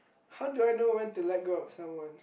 how do I know when to let go of someone